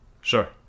Sure